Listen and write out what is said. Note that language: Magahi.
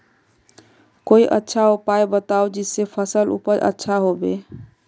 कोई अच्छा उपाय बताऊं जिससे फसल उपज अच्छा होबे